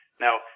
Now